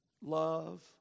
Love